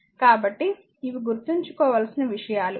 కాబట్టి ఇవి గుర్తుంచుకోవాలిసిన విషయాలు